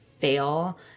fail